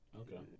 Okay